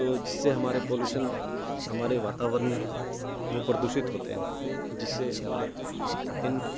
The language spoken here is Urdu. تو جس سے ہمارے پالوشن ہمارے واتاورن وہ پردوشت ہوتے ہیں جس سے ہمارے پن